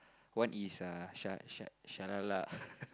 one is uh sha sha Sharalah